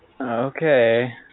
Okay